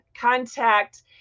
contact